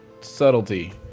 subtlety